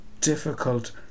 difficult